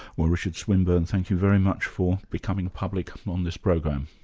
well richard swinburne, thank you very much for becoming public um on this program.